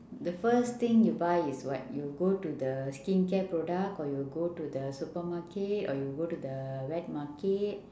the first thing you buy is what you go to the skin care product or you go to the supermarket or you go to the wet market